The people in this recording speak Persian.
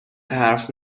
حرف